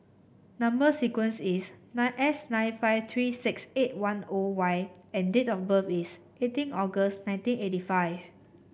number sequence is nine S nine five three six eight one O Y and date of birth is eighteen August nineteen eighty five